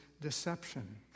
deception